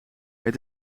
het